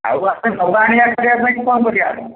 ଆଉ ୟାକୁ ନେବା ଆଣିବା କରିବା ପାଇଁ କ'ଣ କରିବା